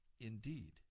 Indeed